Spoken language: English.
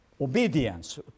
obedience